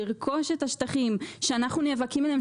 לרכוש את השטחים שאנחנו נאבקים עליהם,